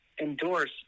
endorse